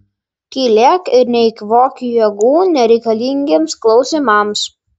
tylėk ir neeikvok jėgų nereikalingiems klausimams